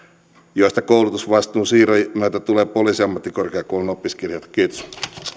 joista koulutusvastuun siirron myötä tulee poliisiammattikorkeakoulun opiskelijoita kiitos